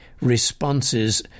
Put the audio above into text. responses